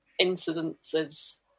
incidences